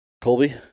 Colby